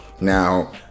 Now